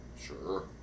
Sure